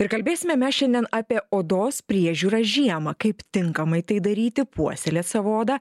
ir kalbėsime mes šiandien apie odos priežiūrą žiemą kaip tinkamai tai daryti puoselėt savo odą